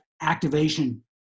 activation